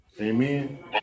Amen